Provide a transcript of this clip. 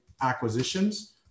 acquisitions